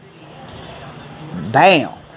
Bam